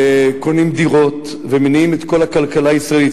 וקונים דירות, ומניעים את כל הכלכלה הישראלית.